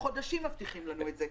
חודשים מבטיחים לנו את זה.